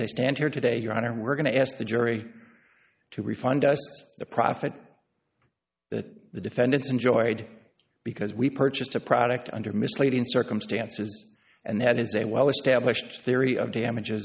i stand here today your honor we're going to ask the jury to refund us the profit that the defendants enjoyed because we purchased a product under misleading circumstances and that is a well established theory of damages